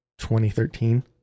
2013